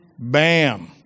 Bam